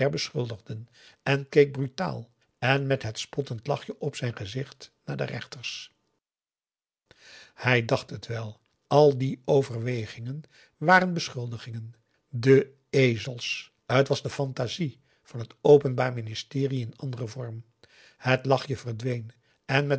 beschuldigden en keek brutaal en met het spottend lachje op zijn gezicht naar de rechters hij dacht het wel al die overwegingen waren beschuldigingen de ezels t was de fantaisie van het openbaar ministerie in anderen vorm het lachje verdween en met